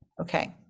okay